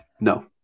No